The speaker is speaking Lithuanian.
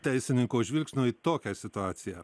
teisininko žvilgsnio į tokią situaciją